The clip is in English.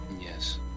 Yes